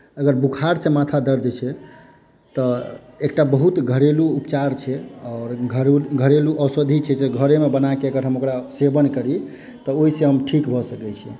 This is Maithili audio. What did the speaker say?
अगर बुखारसँ माथा दर्द छै तऽ एकटा बहुत घरेलू उपचार छै आओर घरेलू औषधि छै जे घरेमे बनाके अगर हम ओकरा सेवन करी तऽ ओहिसँ हम ठीक भऽ सकैत छी